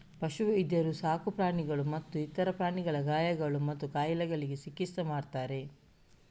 ಪಶು ವೈದ್ಯರು ಸಾಕು ಪ್ರಾಣಿಗಳು ಮತ್ತೆ ಇತರ ಪ್ರಾಣಿಗಳ ಗಾಯಗಳು ಮತ್ತೆ ಕಾಯಿಲೆಗಳಿಗೆ ಚಿಕಿತ್ಸೆ ಮಾಡ್ತಾರೆ